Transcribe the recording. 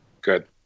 Good